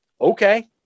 okay